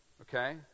okay